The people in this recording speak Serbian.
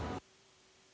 Hvala.